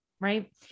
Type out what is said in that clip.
right